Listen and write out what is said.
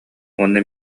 уонна